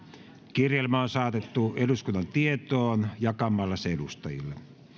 kirjelmä on saatettu eduskunnan tietoon jakamalla se edustajille